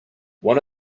one